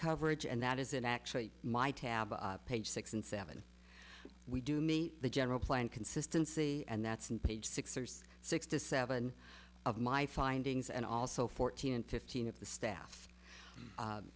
coverage and that isn't actually my tab page six and seven we do meet the general plan consistency and that's in page six there's six to seven of my findings and also fourteen and fifteen of the staff